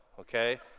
okay